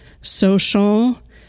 social